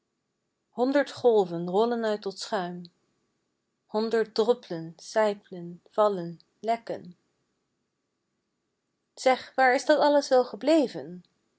honderd golven rollen uit tot schuim honderd droplen sijplen vallen lekken zeg waar is dat alles wel gebleven